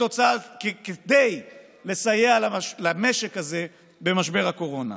כדי לסייע למשק הזה במשבר הקורונה.